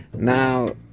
now,